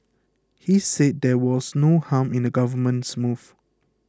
he said there was no harm in the Government's move